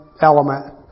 element